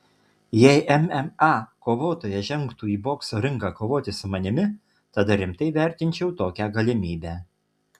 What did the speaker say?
jei mma kovotojas žengtų į bokso ringą kovoti su manimi tada rimtai vertinčiau tokią galimybę